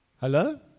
Hello